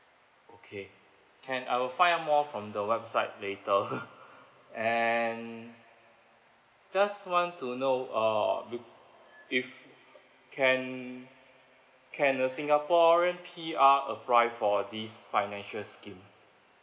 okay can I'll find out more from the website later and just want to know uh if can can a singaporean P_R apply for this financial scheme